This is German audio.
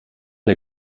der